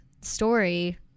story